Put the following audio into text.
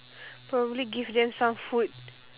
probably give them some food